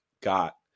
got